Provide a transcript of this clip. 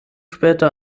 später